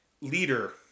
leader